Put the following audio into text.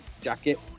jacket